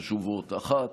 חשובות: אחת,